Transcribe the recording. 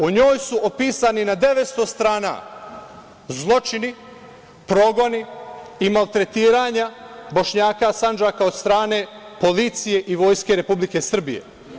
U njoj su opisani na 900 strana zločini, progoni i maltretiranja Bošnjaka Sandžaka od strane policije i Vojske Republike Srbije.